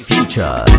Future